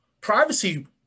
privacy